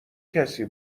کسی